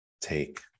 take